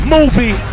Movie